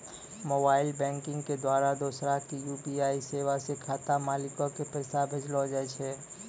mobile banking के द्वारा दोसरा के यू.पी.आई सेबा से खाता मालिको के पैसा भेजलो जाय छै